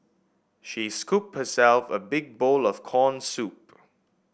she scooped herself a big bowl of corn soup